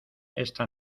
esta